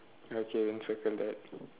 okay then circle that